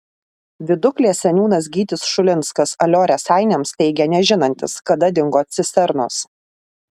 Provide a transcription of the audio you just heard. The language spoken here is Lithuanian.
viduklės seniūnas gytis šulinskas alio raseiniams teigė nežinantis kada dingo cisternos